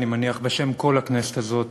אני מניח בשם כל הכנסת הזאת,